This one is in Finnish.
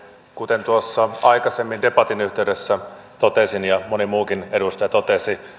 kuten tuossa aikaisemmin debatin yhteydessä totesin ja moni muukin edustaja totesi